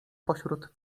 pośród